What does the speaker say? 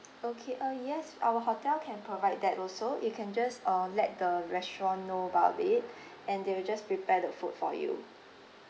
okay uh yes our hotel can provide that also you can just uh let the restaurant know about it and they will just prepare the food for you